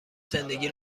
زندگی